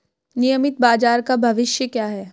नियमित बाजार का भविष्य क्या है?